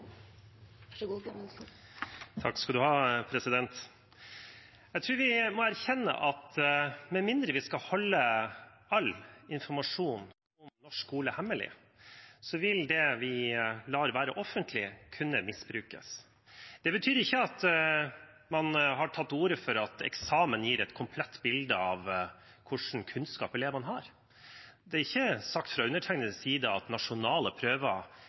vi skal holde all informasjon om norsk skole hemmelig, vil det vi lar være offentlig, kunne misbrukes. Det betyr ikke at man har tatt til orde for at eksamen gir et komplett bilde av hvilken kunnskap elevene har. Det er ikke sagt fra undertegnedes side at nasjonale prøver